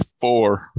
four